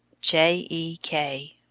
j. e. k.